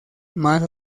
más